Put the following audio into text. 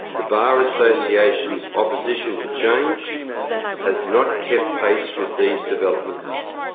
the bar association's opposition to change has not kept pace with these developments.